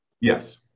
Yes